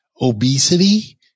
Obesity